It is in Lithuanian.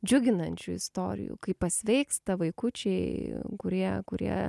džiuginančių istorijų kai pasveiksta vaikučiai kurie kurie